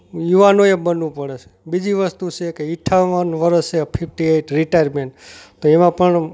યુવાનોએ બનવું પડે છે બીજી વસ્તુ છે કે અઠ્ઠાવન વર્ષે ફિફ્ટી એટ રિટાયરમેન્ટ તો એમાં પણ